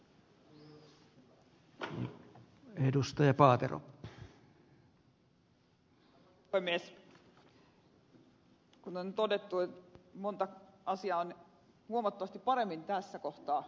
kuten on todettu moni asia on huomattavasti paremmin tässä kohtaa kuin silloin ennen ed